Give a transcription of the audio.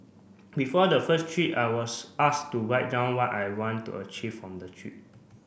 before the first trip I was asked to write down what I want to achieve from the trip